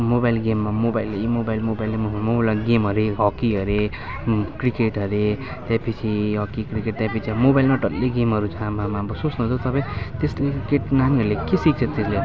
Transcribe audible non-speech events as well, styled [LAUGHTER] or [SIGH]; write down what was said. mobile गेममा मोबाइलै mobile मोबाइलै मोबाइलमा गेम हरे हकी हरे क्रिकेट हरे त्यसपछि हकी क्रिकेट त्यसपछि मोबाइलमा डल्लै गेमहरू छ आमामामा सोच्नुहोस त तपाईँ त्यसले [UNINTELLIGIBLE] नानीहरूले के सिक्छ त्यसले